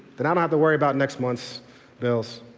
then i don't have to worry about next month's bills.